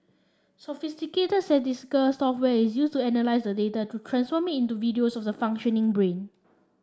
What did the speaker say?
sophisticated statistical software is used to analyse the data to transform into videos of the functioning brain